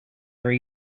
very